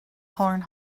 horn